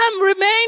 remain